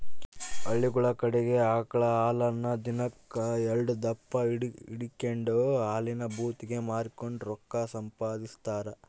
ಹಳ್ಳಿಗುಳ ಕಡಿಗೆ ಆಕಳ ಹಾಲನ್ನ ದಿನಕ್ ಎಲ್ಡುದಪ್ಪ ಹಿಂಡಿಕೆಂಡು ಹಾಲಿನ ಭೂತಿಗೆ ಮಾರಿಕೆಂಡು ರೊಕ್ಕ ಸಂಪಾದಿಸ್ತಾರ